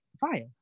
Fire